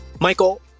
Michael